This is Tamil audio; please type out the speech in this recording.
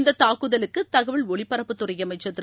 இந்த தாக்குதலுக்கு தகவல் ஒலிபரப்புத் துறை அமைச்சர் திரு